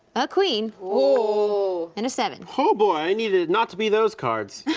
a queen. ohhh. and a seven. ho boy, i needed it not to be those cards.